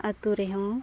ᱟᱹᱛᱩ ᱨᱮᱦᱚᱸ